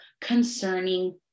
concerning